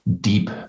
deep